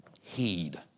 heed